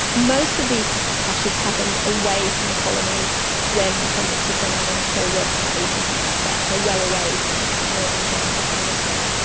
most of these clashes happened away from the colony when convicts were sent out on small work parties and things like that, so well away from from where the majority of the colonists were.